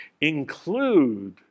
include